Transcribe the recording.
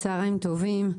צהרים טובים.